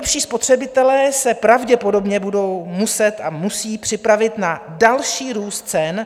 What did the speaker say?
Evropští spotřebitelé se pravděpodobně budou muset a musí připravit na další růst cen.